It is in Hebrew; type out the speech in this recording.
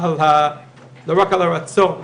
לא רק על הרצון,